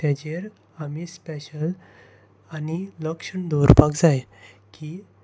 ताचेर आमी स्पेशल आनी लक्षण दवरपाक जाय की